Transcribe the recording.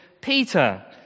Peter